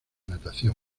natación